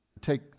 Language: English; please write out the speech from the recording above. take